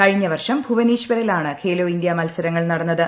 കഴിഞ്ഞ വർഷം ഭുവനേശ്വറിലാണ് ഖേലോ ഇന്ത്യ മത്സരങ്ങൾ നടന്നത്